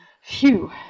phew